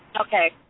Okay